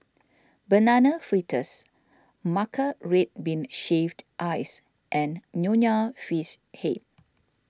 Banana Fritters Matcha Red Bean Shaved Ice and Nonya Fish Head